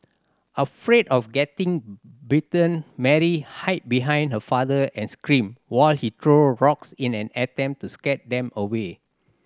afraid of getting bitten Mary hide behind her father and screamed while he threw rocks in an attempt to scare them away